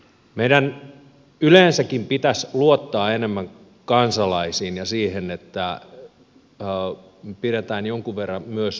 meidän yleensäkin pitäisi luottaa enemmän kansalaisiin ja siihen että me pidämme jonkun verran myös naapurinpojastakin huolta